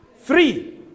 three